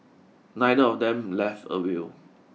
neither of them left a will